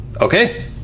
Okay